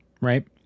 right